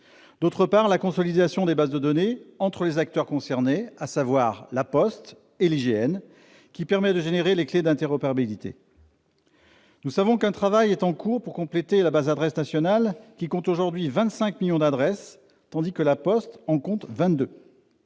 celle de la consolidation des bases de données entre les acteurs concernés, à savoir La Poste et l'IGN, qui permet de générer les clefs d'interopérabilité. Nous savons qu'un travail est en cours pour compléter la Base adresse nationale, la BAN, qui compte aujourd'hui 25 millions d'adresses, tandis que La Poste en dénombre 22